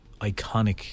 iconic